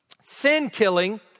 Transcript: Sin-killing